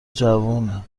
جوونی